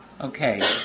Okay